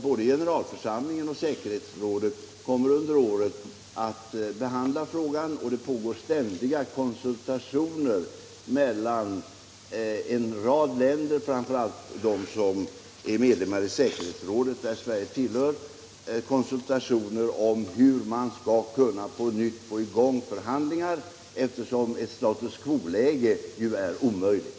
Både generalförsamlingen och säkerhetsrådet kommer under året att behandla frågan, och det pågår ständiga konsultationer mellan en rad länder — framför allt dem som är medlemmar av säkerhetsrådet, till vilka Sverige hör — om hur man skall kunna på nytt få i gång förhandlingar, eftersom ett status quo-läge ju är omöjligt.